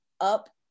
up